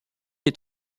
est